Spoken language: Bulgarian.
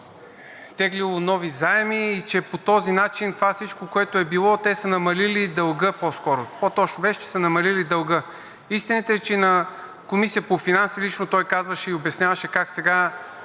теглило нови заеми и че по този начин това всичко, което е било, те са намалили дълга по-скоро. По-точно беше, че са намалили дълга. Истината е, че на Комисията по финанси лично той казваше и обясняваше как сега